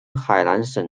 海南省